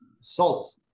salt